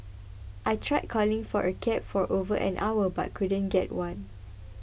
I tried calling for a cab for over an hour but couldn't get one